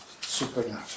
supernatural